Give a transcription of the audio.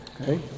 Okay